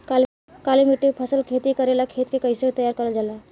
काली मिट्टी पर फसल खेती करेला खेत के कइसे तैयार करल जाला?